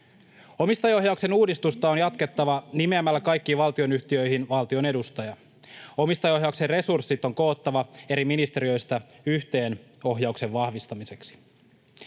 Omistajaohjauksen uudistusta on jatkettava nimeämällä kaikkiin valtionyhtiöihin valtion edustaja. Omistajaohjauksen resurssit on koottava eri ministeriöistä yhteen ohjauksen vahvistamiseksi.